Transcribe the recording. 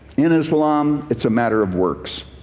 in islam, it's a matter of works.